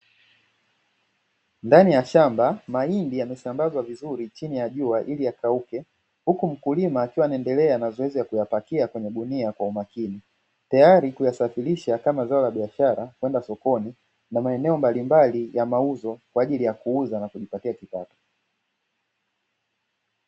Ndani ya shamba mahindi yamesambazwa vizuri chini ya jua ili yakauke, huku mkulima akiendelea na zoezi la kuyapakia kwenye gunia kwa umakini, tayari kuyasafirisha kama zao la biashara kwenda sokoni na maeneo mbalimbali ya mauzo kwa ajili ya kuuza na kujipatia kipato.